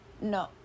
no